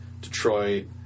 Detroit